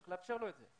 צריך לאפשר לו את זה.